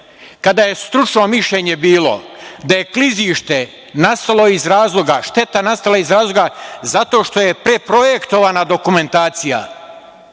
kada je stručno mišljenje bilo da je klizište, šteta nastala iz razloga zato što je preprojektova dokumentacija.